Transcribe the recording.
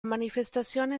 manifestazione